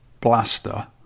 Blaster